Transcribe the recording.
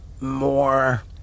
more